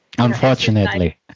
Unfortunately